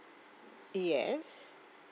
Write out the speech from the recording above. yes